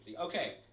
Okay